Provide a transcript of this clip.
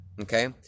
Okay